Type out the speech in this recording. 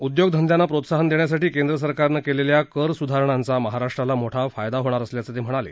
उद्योगधंद्यांना प्रोत्साहन देण्यासाठी केंद्र सरकारनं केलेल्या कर स्धारणांचा महाराष्ट्राला मोठा फायदा होणार असल्याचं ते म्हणाले